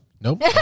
Nope